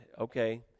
okay